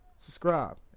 subscribe